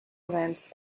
events